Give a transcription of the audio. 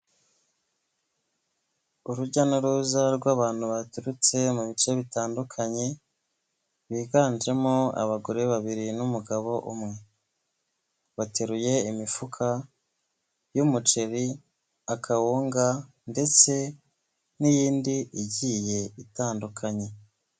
Urujya n'uruza rw'abantu baturutse mu bice bitandukanye biganjemo abagore babiri n'umugabo umwe, bateruye imifuka y'umuceri, akawunga, ndetse n'iyindi igiye itandukanye.